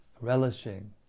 relishing